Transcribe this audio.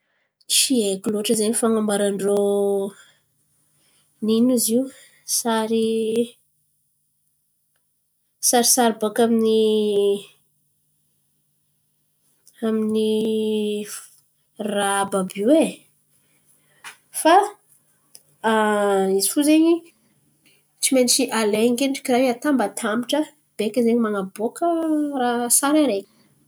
Tsy haiko loatra zen̈y fan̈amboaran-drô nino izy io? Sary sarisary bòka amin'ny amin'ny raha àby àby e. Fa izy fo zen̈y tsy maintsy alain̈a akendriky raha io atambatambatra beka zen̈y man̈aboaka raha sary araiky.